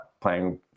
playing